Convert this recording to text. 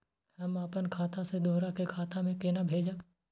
हम आपन खाता से दोहरा के खाता में केना भेजब?